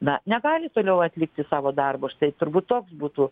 na negali toliau atlikti savo darbo štai turbūt toks būtų